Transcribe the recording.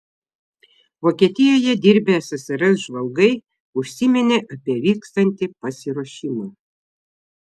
vokietijoje dirbę ssrs žvalgai užsiminė apie vykstantį pasiruošimą